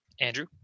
Andrew